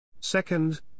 Second